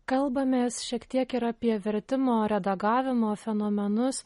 kalbamės šiek tiek ir apie vertimo redagavimo fenomenus